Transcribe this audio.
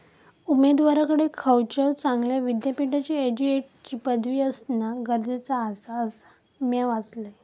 उमेदवाराकडे खयच्याव चांगल्या विद्यापीठाची ग्रॅज्युएटची पदवी असणा गरजेचा आसा, असा म्या वाचलंय